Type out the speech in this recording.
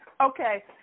Okay